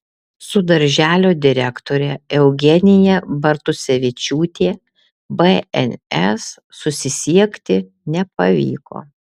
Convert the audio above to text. su darželio direktore eugenija bartusevičiūtė bns susisiekti nepavyko